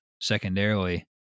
Secondarily